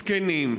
זקנים,